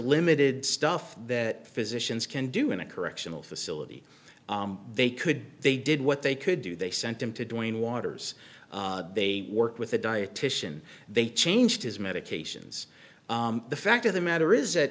limited stuff that physicians can do in a correctional facility they could they did what they could do they sent him to doing waters they worked with a dietician they changed his medications the fact of the matter is that